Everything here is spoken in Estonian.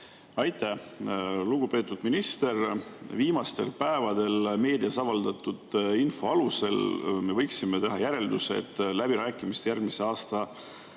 Aitäh! Lugupeetud minister! Viimastel päevadel meedias avaldatud info alusel me võiksime teha järelduse, et läbirääkimised järgmise aasta